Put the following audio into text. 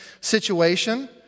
situation